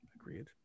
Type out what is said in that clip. Agreed